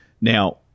Now